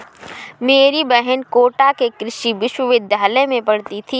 मेरी बहन कोटा के कृषि विश्वविद्यालय में पढ़ती थी